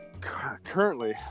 Currently